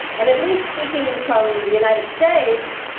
and at least speaking from the united states,